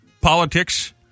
politics